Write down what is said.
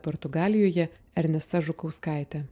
portugalijoje ernesta žukauskaite